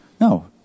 No